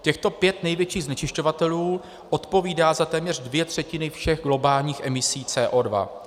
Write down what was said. Těchto pět největších znečišťovatelů odpovídá za téměř dvě třetiny všech globálních emisí CO2.